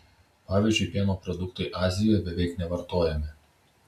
pavyzdžiui pieno produktai azijoje beveik nevartojami